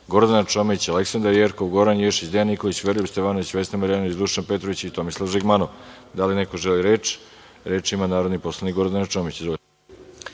Gordana Čomić, Aleksandra Jerkov, Goran Ješić, Dejan Nikolić, Veroljub Stevanović, Vesna Marjanović, Dušan Petrović i Tomislav Žigmanov. Da li neko želi reč? Reč ima narodni poslanik Gordana Čomić.